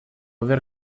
aver